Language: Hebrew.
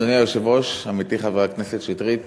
אדוני היושב-ראש, עמיתי חבר הכנסת שטרית,